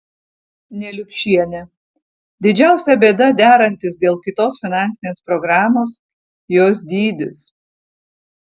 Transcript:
neliupšienė didžiausia bėda derantis dėl kitos finansinės programos jos dydis